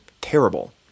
terrible